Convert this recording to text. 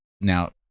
now